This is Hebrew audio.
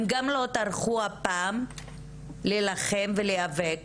גם הפעם הם לא טרחו להילחם ולהיאבק